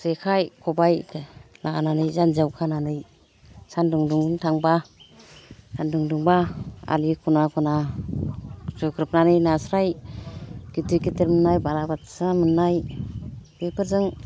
जेखाइ खबाइ लानानै जानजियाव खानानै सान्दुं दुंनो थांबा सान्दुं दुंबा आलि खना खना जुग्रुबनानै नास्राय गिदिर गिदिर मोननाय ना बालाबाथिया मोननाय बेफोरजों